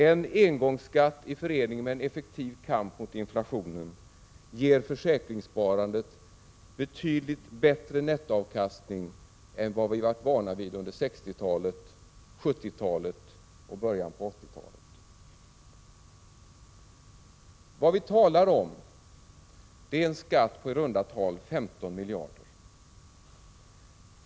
En engångsskatt i förening med en effektiv kamp mot inflationen ger försäkringssparandet betydligt bättre nettoavkastning än vad vi varit vana vid under 60-talet, 70-talet och början av 80-talet. Vad vi talar om är en skatt på i runda tal 15 miljarder.